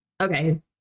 okay